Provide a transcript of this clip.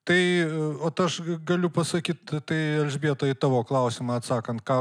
tai ot aš galiu pasakyt tai elžbieta į tavo klausimą atsakant ką